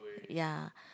ya